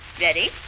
Ready